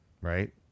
right